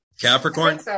Capricorn